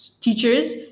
teachers